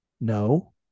No